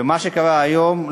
ומה שקרה היום,